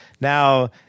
Now